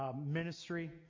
ministry